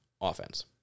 offense